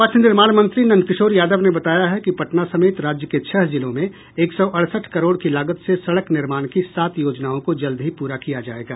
पथ निर्माण मंत्री नंद किशोर यादव ने बताया है कि पटना समेत राज्य के छह जिलों में एक सौ अड़सठ करोड़ की लागत से सड़क निर्माण की सात योजनाओं को जल्द ही पूरा किया जाएगा